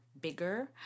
bigger